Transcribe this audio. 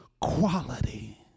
quality